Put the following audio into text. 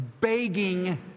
begging